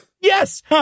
Yes